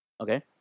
Okay